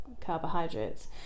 carbohydrates